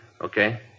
Okay